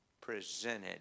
presented